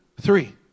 three